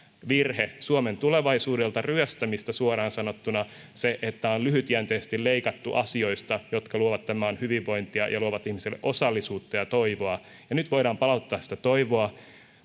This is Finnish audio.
virhe suomen tulevaisuudelta ryöstämistä suoraan sanottuna se että on lyhytjänteisesti leikattu asioista jotka luovat tämän maan hyvinvointia ja ja luovat ihmisille osallisuutta ja toivoa nyt voidaan palauttaa sitä toivoa